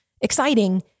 exciting